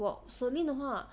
我 celine 的话